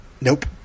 Nope